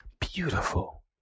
beautiful